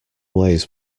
ways